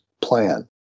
plan